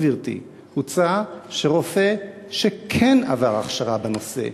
גברתי: הוצע שרופא שכן עבר הכשרה בנושא,